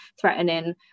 threatening